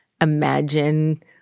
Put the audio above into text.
imagine